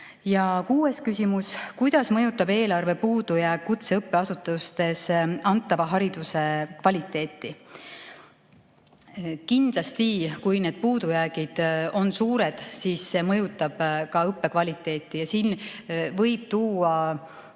Ja kuues küsimus: "Kuidas mõjutab eelarve puudujääk kutseõppeasutustes antava hariduse kvaliteeti?" Kindlasti, kui need puudujäägid on suured, siis see mõjutab ka õppekvaliteeti. Siin võib tuua